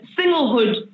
singlehood